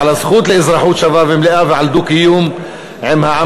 על הזכות לאזרחות שווה ומלאה ועל דו-קיום עם העם